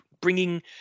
bringing